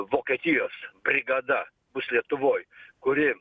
vokietijos brigada bus lietuvoj kuri